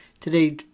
Today